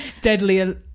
Deadly